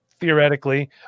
theoretically